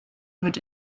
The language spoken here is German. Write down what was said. wird